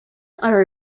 are